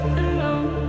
alone